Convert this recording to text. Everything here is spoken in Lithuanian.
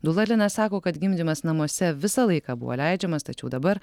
dula lina sako kad gimdymas namuose visą laiką buvo leidžiamas tačiau dabar